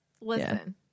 Listen